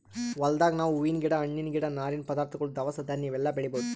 ಹೊಲ್ದಾಗ್ ನಾವ್ ಹೂವಿನ್ ಗಿಡ ಹಣ್ಣಿನ್ ಗಿಡ ನಾರಿನ್ ಪದಾರ್ಥಗೊಳ್ ದವಸ ಧಾನ್ಯ ಇವೆಲ್ಲಾ ಬೆಳಿಬಹುದ್